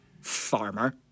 farmer